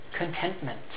contentment